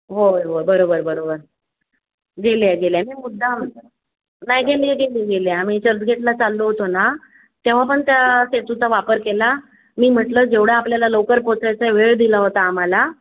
होय हो बरोबर बरोबर गेले आहे गेले आहे मी मुद्दाम नाही गेली आहे गेली आहे गेली आहे आम्ही चर्चगेटला चाललो होतो ना तेव्हा पण त्या सेतूचा वापर केला मी म्हटलं जेवढं आपल्याला लवकर पोहचायचं वेळ दिला होता आम्हाला